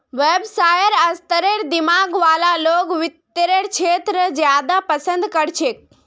व्यवसायेर स्तरेर दिमाग वाला लोग वित्तेर क्षेत्रत ज्यादा पसन्द कर छेक